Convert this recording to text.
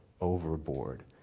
overboard